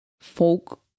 Folk